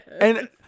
And-